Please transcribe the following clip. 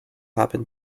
happen